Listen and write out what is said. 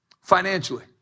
financially